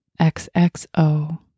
XXO